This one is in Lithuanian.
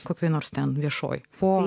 kokioje nors ten viešoje fo